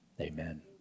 Amen